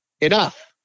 enough